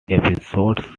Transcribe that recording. episodes